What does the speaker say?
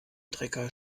trecker